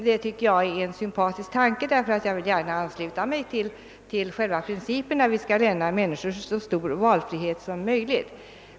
Det tycker jag är en sympatisk tanke, ty jag vill gärna ansluta mig till själva principen, att vi skall lämna människor så stor valfrihet som. möjligt.